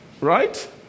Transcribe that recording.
Right